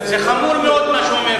זה חמור מאוד מה שהוא אומר.